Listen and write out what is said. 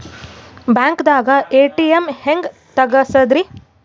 ಬ್ಯಾಂಕ್ದಾಗ ಎ.ಟಿ.ಎಂ ಹೆಂಗ್ ತಗಸದ್ರಿ?